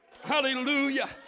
Hallelujah